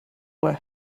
were